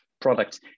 products